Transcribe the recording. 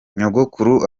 nyogokuru